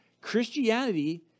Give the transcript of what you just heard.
Christianity